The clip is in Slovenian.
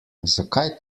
zakaj